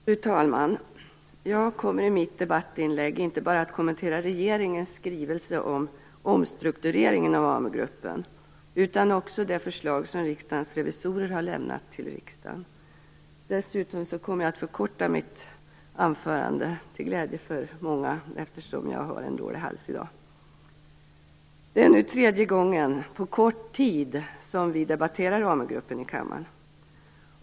Fru talman! Jag kommer i mitt debattinlägg inte bara att kommentera regeringens skrivelse om omstruktureringen av AmuGruppen utan också det förslag som riksdagens revisorer har lämnat till riksdagen. Dessutom kommer jag att förkorta mitt anförande till glädje för många, eftersom jag har en dålig hals i dag. Det är nu tredje gången på kort tid som vi debatterar AmuGruppen i kammaren.